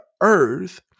earth